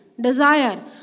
desire